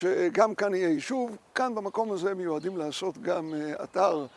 שגם כאן יהיה יישוב, כאן במקום הזה מיועדים לעשות גם אתר.